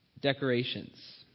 decorations